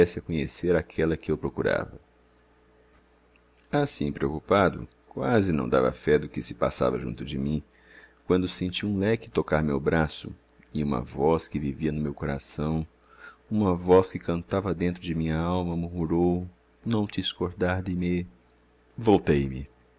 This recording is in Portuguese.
conhecer aquela que eu procurava assim preocupado quase não dava fé do que se passava junto de mim quando senti um leque tocar meu braço e uma voz que vivia no meu coração uma voz que cantava dentro de minha alma murmurou non ti scordar di me